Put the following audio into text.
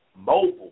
mobile